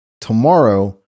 tomorrow